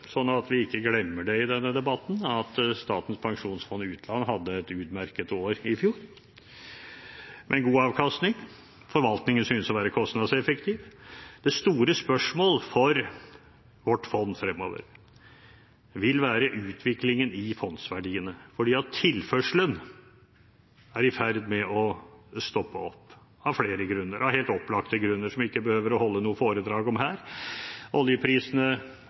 vi ikke glemmer det i denne debatten, at Statens pensjonsfond utland hadde et utmerket år i fjor med en god avkastning. Forvaltningen synes å være kostnadseffektiv. Det store spørsmålet for vårt fond fremover vil være utviklingen i fondsverdiene, fordi tilførselen er i ferd med å stoppe opp av flere grunner, av helt opplagte grunner, som jeg ikke behøver å holde noe foredrag om her. Oljeprisene